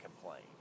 complain